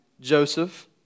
Joseph